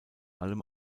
allem